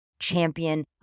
Champion